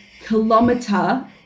kilometer